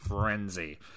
frenzy